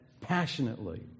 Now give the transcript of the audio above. passionately